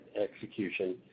execution